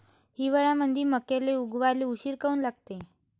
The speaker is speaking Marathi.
हिवाळ्यामंदी मक्याले उगवाले उशीर काऊन लागते?